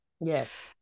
yes